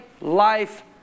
life